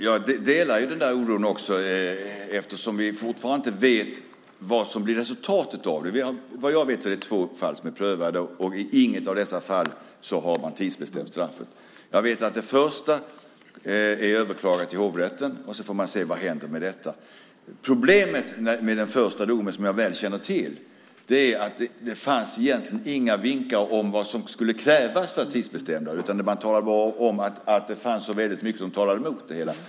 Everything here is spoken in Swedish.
Fru talman! Jag delar denna oro eftersom vi fortfarande inte vet vad som blir resultatet av detta. Såvitt jag vet har två fall blivit prövade, men man har inte tidsbestämt straffet i något av dessa fall. Jag vet att det första fallet är överklagat till hovrätten. Då får man se vad som händer med detta. Problemet med den första domen, som jag väl känner till, är att det egentligen inte fanns några vinkar om vad som skulle krävas för att tidsbestämma straffet. Man talade bara om att det fanns så väldigt mycket som talade mot att man skulle göra det.